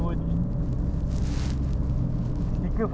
ah fish ni is one more good point